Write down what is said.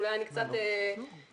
אולי אני קצת תמימה,